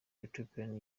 ethiopie